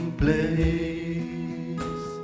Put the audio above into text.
place